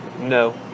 No